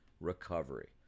recovery